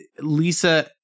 Lisa